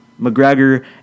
McGregor